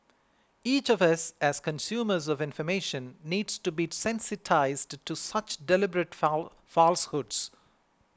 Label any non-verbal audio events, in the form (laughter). each of us as consumers of information needs to be sensitised to such deliberate (unintelligible) falsehoods